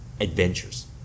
adventures